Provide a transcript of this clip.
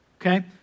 okay